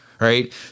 right